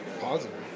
positive